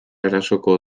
erasoko